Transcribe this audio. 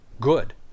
good